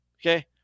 Okay